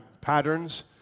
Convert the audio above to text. patterns